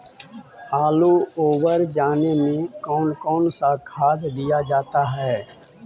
आलू ओवर जाने में कौन कौन सा खाद दिया जाता है?